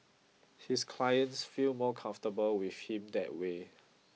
his clients feel more comfortable with him that way